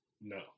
No